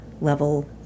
level